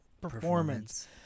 Performance